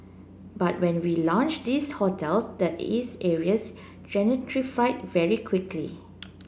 but when we launched these hotels the these areas gentrified very quickly